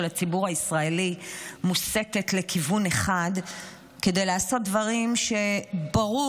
הציבור הישראלי מוסטת לכיוון אחד כדי לעשות דברים שברור,